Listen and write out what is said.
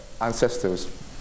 ancestors